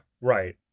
right